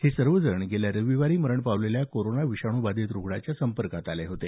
हे सर्वजण गेल्या रविवारी मरण पावलेल्या कोरोना विषाणू बाधित रुग्णाच्या संपर्कात आले होते